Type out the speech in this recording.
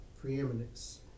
preeminence